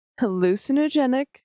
hallucinogenic